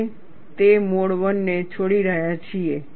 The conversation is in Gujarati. આપણે તે મોડ I ને છોડી રહ્યા છીએ